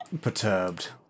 perturbed